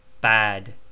bad